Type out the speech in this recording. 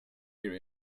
hear